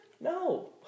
No